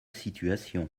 situation